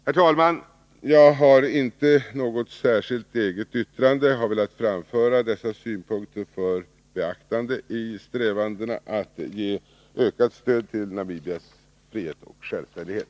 Herr talman! Jag har inte något särskilt eget yrkande. Jag har velat framföra dessa synpunkter för beaktande i strävandena att ge ökat stöd till Namibias frihet och självständighet.